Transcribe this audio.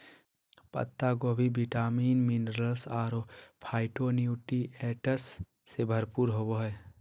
पत्ता गोभी vitamin, mineral अरो फाइटोन्यूट्रिएंट्स से भरपूर होबा हइ